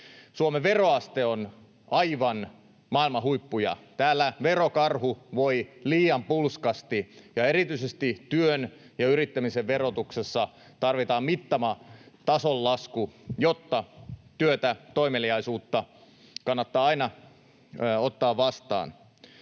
Suomen veroaste on aivan maailman huippuja. Täällä verokarhu voi liian pulskasti, ja erityisesti työn ja yrittämisen verotuksessa tarvitaan mittava tason lasku, jotta työtä, toimeliaisuutta kannattaa aina ottaa vastaan.